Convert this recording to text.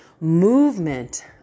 movement